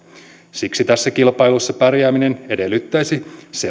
siksi tässä kilpailussa pärjääminen edellyttäisi